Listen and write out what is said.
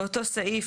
באותו סעיף,